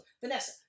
Vanessa